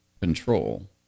control